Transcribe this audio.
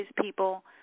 people